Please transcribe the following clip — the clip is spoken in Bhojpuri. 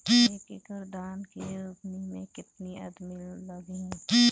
एक एकड़ धान के रोपनी मै कितनी आदमी लगीह?